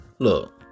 Look